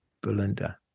Belinda